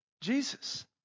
jesus